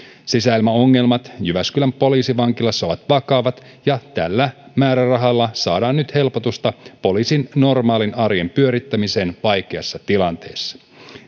sisäilmaongelmat jyväskylän poliisivankilassa ovat vakavat ja tällä määrärahalla saadaan nyt helpotusta poliisin normaalin arjen pyörittämiseen vaikeassa tilanteessa